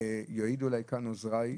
יעידו עליי כאן עוזריי,